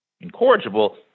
incorrigible